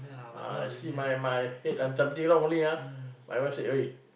ah I see my my head ah something wrong only ah my wife say [oi]